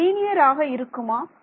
அவை லீனியர் ஆக இருக்குமா